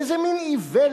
איזה מין איוולת?